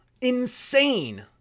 Insane